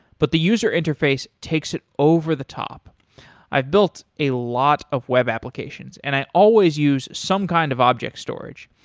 but the user interface takes it over the top i've built a lot of web applications and i always use some kind of object storage.